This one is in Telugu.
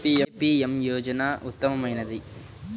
ఏ పీ.ఎం యోజన ఉత్తమమైనది?